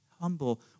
humble